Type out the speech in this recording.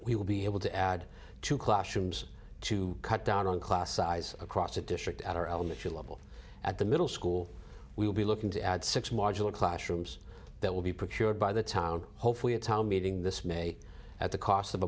we will be able to add to classrooms to cut down on class size across the district at our elementary level at the middle school we will be looking to add six modular classrooms that will be procured by the town hopefully a town meeting this may at the cost of